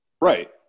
right